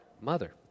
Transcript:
mother